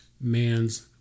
man's